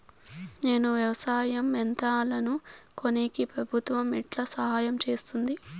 నేను వ్యవసాయం యంత్రాలను కొనేకి ప్రభుత్వ ఎట్లా సహాయం చేస్తుంది?